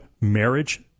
marriage